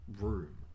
room